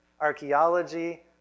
archaeology